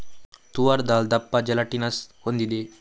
ತೂವರ್ ದಾಲ್ ದಪ್ಪ ಜೆಲಾಟಿನಸ್ ಹೊಂದಿದೆ